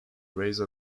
raise